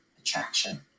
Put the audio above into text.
attraction